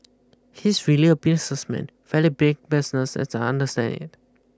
he's really a businessman fairly big business as I understand it